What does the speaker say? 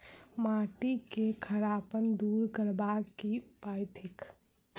माटि केँ खड़ापन दूर करबाक की उपाय थिक?